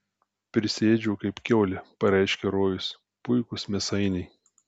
prisiėdžiau kaip kiaulė pareiškė rojus puikūs mėsainiai